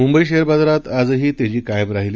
Mumbai share बाजारात आजही तेजी कायम राहिली